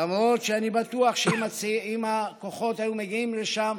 למרות שאני בטוח שאם הכוחות היו מגיעים לשם,